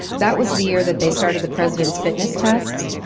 that was the year that they started the president's fitness test.